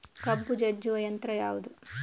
ಕಬ್ಬು ಜಜ್ಜುವ ಯಂತ್ರ ಯಾವುದು?